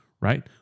right